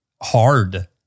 hard